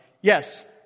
yes